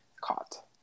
caught